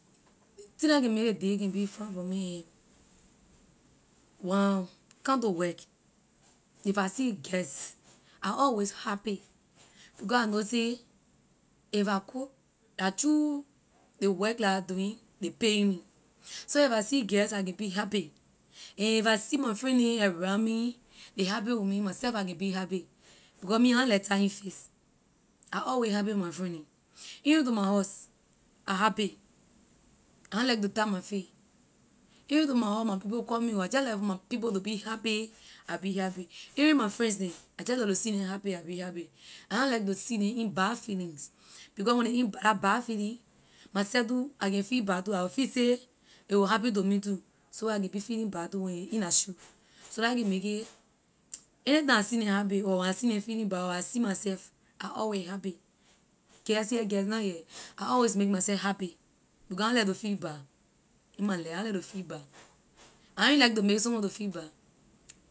Thing neh la can make ley day can be fine for me when I come to work if I see guest I always happy because I know say if I cook la through ley work la I doing ley paying me so if I see guest I can be happy and if I see my friend neh around me ley happy with me myself I can be happy because me I na like tying face I always happy for my friend neh even to my house I happy I na like to tie my face even to my house my people call me when I jeh like for my people to be happy I be happy even my friends neh I jeh like to see neh happy I be happy I na like to see neh in bad feelings because when ley in ba- la bad feelings myself too I can feel bad too I can feel say a will happen to me too so I can be feeling bad too when a in la shoe so la a can makay anytime I see neh happy or I see neh feeling bad or I see myself I always happy guest here guest na here I always make myself happy because I na like to feel bad in my life I na like to feel bad I even like to make someone to feel bad.